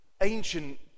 ancient